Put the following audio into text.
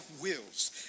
wills